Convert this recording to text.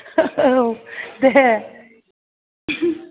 औ दे